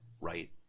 right